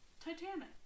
Titanic